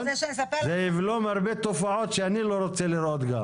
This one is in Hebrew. זה יבלום הרבה תופעות שגם אני לא רוצה לראות.